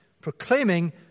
proclaiming